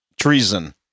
treason